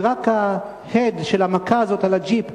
ורק ההד של המכה הזאת על הג'יפ,